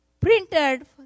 printed